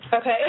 Okay